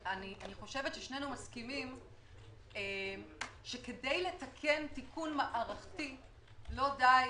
שנינו מסכימים שכדי לתקן תיקון מערכתי לא די